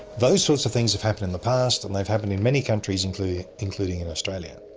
those sorts of things have happened in the past, and they've happened in many countries including including in australia.